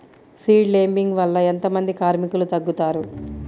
Seed లేంబింగ్ వల్ల ఎంత మంది కార్మికులు తగ్గుతారు?